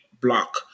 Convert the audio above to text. block